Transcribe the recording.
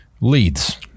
leads